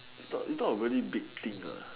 it's not it's not a really big thing uh